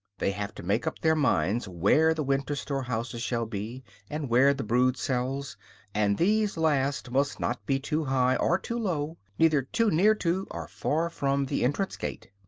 they have to make up their minds where the winter storehouses shall be and where the brood-cells and these last must not be too high or too low, neither too near to or far from the entrance gate.